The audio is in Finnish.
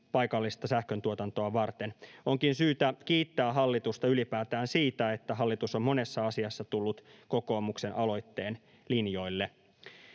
paikallista sähköntuotantoa varten. Onkin syytä kiittää hallitusta ylipäätään siitä, että hallitus on monessa asiassa tullut kokoomuksen aloitteen linjoille.